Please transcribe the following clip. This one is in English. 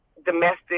domestic